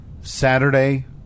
Saturday